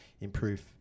improve